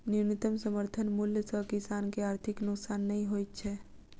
न्यूनतम समर्थन मूल्य सॅ किसान के आर्थिक नोकसान नै होइत छै